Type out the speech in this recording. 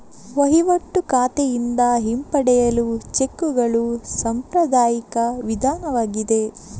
ವಹಿವಾಟು ಖಾತೆಯಿಂದ ಹಿಂಪಡೆಯಲು ಚೆಕ್ಕುಗಳು ಸಾಂಪ್ರದಾಯಿಕ ವಿಧಾನವಾಗಿದೆ